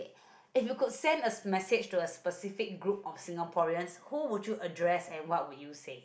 if you could send a message to a specific group of Singaporean who would you address and what were you say